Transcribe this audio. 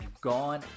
gone